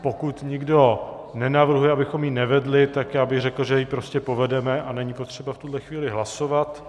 Pokud nikdo nenavrhuje, abychom ji nevedli, tak bych řekl, že ji prostě povedeme a není potřeba v tuto chvíli hlasovat.